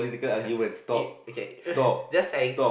ya it okay just saying